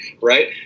right